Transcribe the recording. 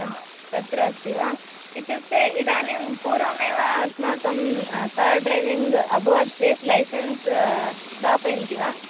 हा तत्र अस्ति वा इत्युक्ते इदानीं पूर्वमेव अस्माकं कार् ड्रैविङ्ग् अभवत् चेत् लैसेन्स् दापयन्ति वा